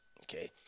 okay